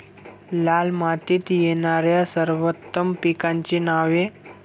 लाल मातीत येणाऱ्या सर्वोत्तम पिकांची नावे?